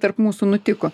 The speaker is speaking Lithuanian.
tarp mūsų nutiko